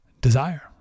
Desire